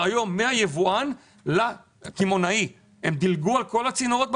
היום מהיבואן לקמעונאי - הם דילגו על כל הצינורות,